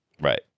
Right